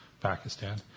Pakistan